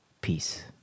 Peace